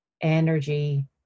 energy